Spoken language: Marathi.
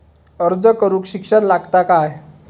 अर्ज करूक शिक्षण लागता काय?